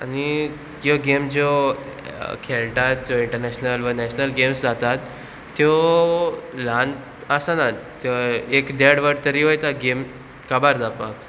आनी त्यो गेम ज्यो खेळटात ज्यो इंटरनॅशनल वा नॅशनल गेम्स जातात त्यो ल्हान आसनात त्यो एक देड वर तरी वयता गेम काबार जावपाक